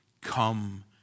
come